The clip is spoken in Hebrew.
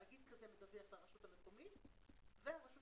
תאגיד כזה מדווח לרשות המקומית והרשות